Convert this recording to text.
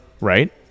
right